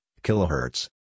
kilohertz